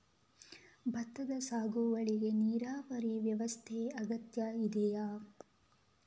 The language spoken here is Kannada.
ಭತ್ತದ ಸಾಗುವಳಿಗೆ ನೀರಾವರಿ ವ್ಯವಸ್ಥೆ ಅಗತ್ಯ ಇದೆಯಾ?